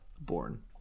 Born